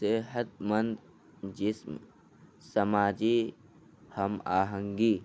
صحت مند جسم سماجی ہم آہن گی